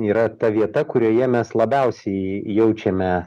yra ta vieta kurioje mes labiausiai jaučiame